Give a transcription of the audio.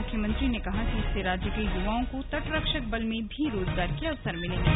मुख्यमंत्री ने कहा कि इससे राज्य के युवाओं को तटरक्षक बल में भी रोजगार के अवसर मिलेंगे